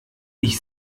ich